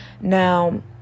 now